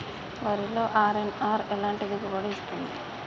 వరిలో అర్.ఎన్.ఆర్ ఎలాంటి దిగుబడి ఇస్తుంది?